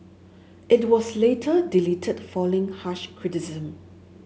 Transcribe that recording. it was later deleted following harsh criticism